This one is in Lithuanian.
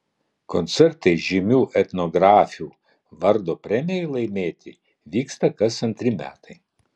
koncertai žymių etnografių vardo premijai laimėti vyksta kas antri metai